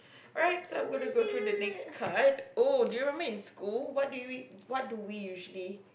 alright so I'm going to go through the next card oh do you remember in school what do we what do we usually